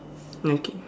okay